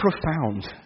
profound